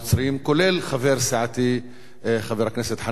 כולל חבר סיעתי חבר הכנסת חנא סוייד.